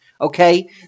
okay